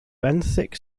benthic